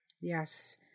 Yes